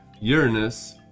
Uranus